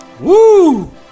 Woo